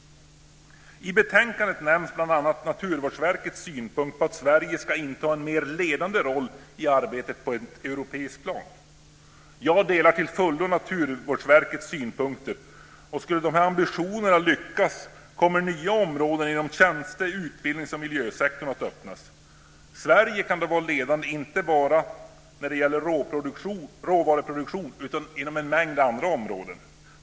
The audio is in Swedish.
I betänkandet nämns bl.a. Naturvårdsverkets synpunkt att Sverige ska inta en mer ledande roll i arbetet på ett europeiskt plan. Jag delar till fullo Naturvårdsverkets synpunkt, och skulle dessa ambitioner lyckas kommer nya områden inom tjänste-, utbildnings och miljösektorerna att öppnas. Sverige kan då vara ledande inte bara när det gäller råvaruproduktion utan också inom en mängd andra områden.